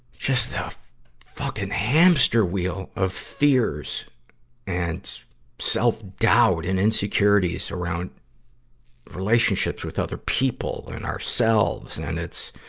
just the fucking hamster wheel of fears and self-doubt and insecurities around relationships with other people and ourselves, and it's,